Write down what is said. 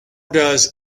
does